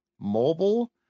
mobile